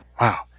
Wow